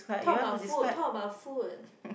talk about food talk about food